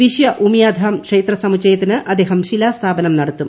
വിശ്വ ഉമിയാധാം ക്ഷേത്ര സമുച്ചയത്തിന് അദ്ദേഹം ശിലാസ്ഥാപനം നടത്തും